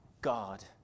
God